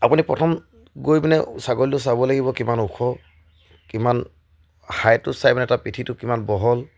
আপুনি প্ৰথম গৈ পিনে ছাগলীটো চাব লাগিব কিমান ওখ কিমান হাইটটো চাই পিনে তাৰ পিঠিটো কিমান বহল